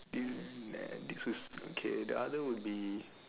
this nah this was okay the other would be